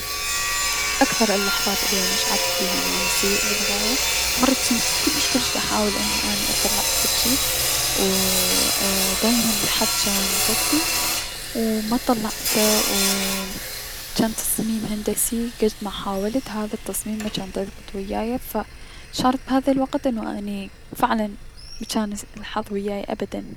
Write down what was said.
اكثر اللحضات الي اني شعرت بيها انو اني سيء للغاية، مرة جنت كلش كلش داحاول انو اطلع بفد شي وو اي- دايما الحظ جان ضدي و مطلعته و جان تصميم هندسي و شكد محاولت هذا التصميم مجان ديضبط ويايا ف شعرت بهذا الوقت انو اني فعلا مجان الحظ ويايا ابدا.